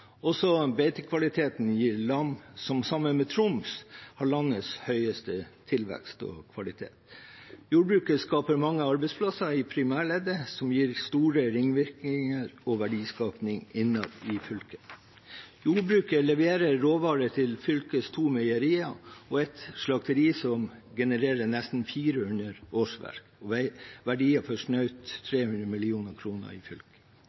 Beitekvaliteten – som også i Troms – gir lam som har landets høyeste tilvekst og kvalitet. Jordbruket skaper mange arbeidsplasser i primærleddet, som gir store ringvirkninger og verdiskaping innad i fylket. Jordbruket leverer råvarer til fylkets to meierier og et slakteri, som genererer nesten 400 årsverk og verdier for snaut 300 mill. kr i fylket.